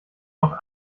noch